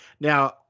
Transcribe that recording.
Now